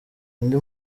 undi